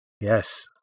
Yes